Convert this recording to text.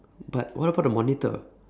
but what about the monitor